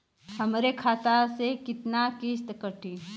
हमरे खाता से कितना किस्त कटी?